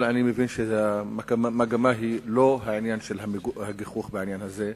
אבל אני מבין שהמגמה היא לא העניין של הגיחוך בעניין הזה,